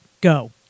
Go